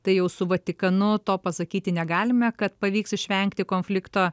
tai jau su vatikanu to pasakyti negalime kad pavyks išvengti konflikto